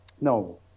No